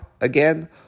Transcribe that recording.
again